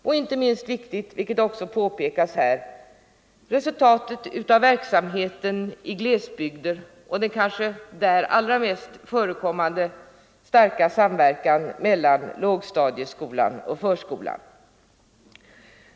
Det gäller inte minst — vilket också påpekas — resultatet av verksamheten i glesbygder och den där förekommande starka samverkan mellan lågstadieskolan och förskolan.